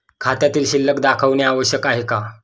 खात्यातील शिल्लक दाखवणे आवश्यक आहे का?